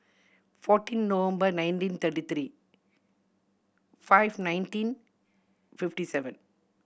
fourteen November nineteen thirty three five nineteen fifty seven